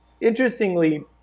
Interestingly